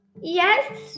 yes